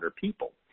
people